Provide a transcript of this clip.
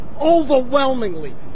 Overwhelmingly